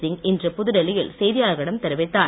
சிங் இன்று புதுடெல்லியில் செய்தியாளர்களிடம் தெரிவித்தார்